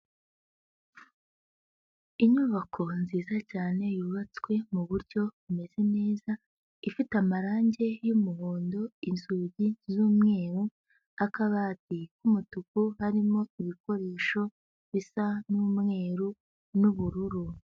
Inyubako nziza cyane yubatswe mu buryo bumeze neza, ifite amarange y'umuhondo, inzugi z'umweru, akabati k'umutuku, harimo ibikoresho bisa n'umweru n'ubururu.